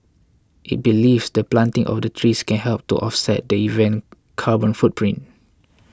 it believes the planting of the trees can help to offset the event carbon footprint